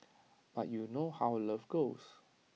but you know how love goes